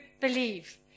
believe